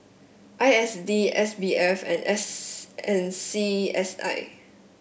I S D S B F and S and C S I